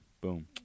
boom